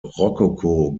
rokoko